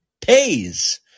pays